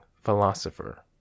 philosopher